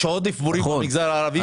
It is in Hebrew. יש עודף מורים במגזר הערבי.